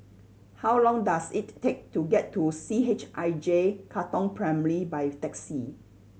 how long does it take to get to C H I J Katong Primary by taxi